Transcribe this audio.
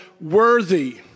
worthy